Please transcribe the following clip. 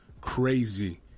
Crazy